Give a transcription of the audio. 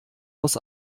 aus